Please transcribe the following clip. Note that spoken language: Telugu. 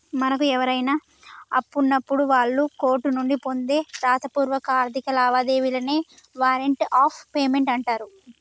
మనకు ఎవరైనా అప్పున్నప్పుడు వాళ్ళు కోర్టు నుండి పొందే రాతపూర్వక ఆర్థిక లావాదేవీలనే వారెంట్ ఆఫ్ పేమెంట్ అంటరు